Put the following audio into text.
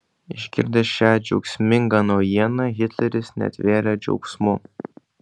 išgirdęs šią džiaugsmingą naujieną hitleris netvėrė džiaugsmu